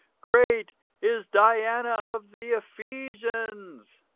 great is diana of the ephesians.